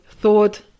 thought